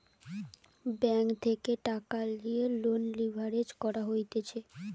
bank থেকে টাকা লিয়ে লোন লিভারেজ করা হতিছে